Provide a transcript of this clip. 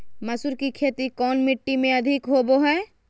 मसूर की खेती कौन मिट्टी में अधीक होबो हाय?